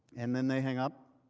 and then they hang up.